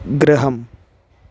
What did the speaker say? गृहम्